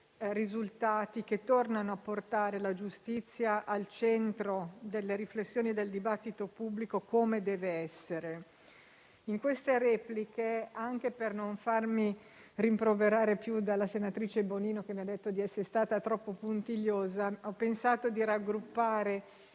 risultati, che tornano a portare la giustizia al centro delle riflessioni del dibattito pubblico, come dev'essere. In queste repliche (anche per non farmi rimproverare più dalla senatrice Bonino, che mi ha detto di essere stata troppo puntigliosa), ho pensato di raggruppare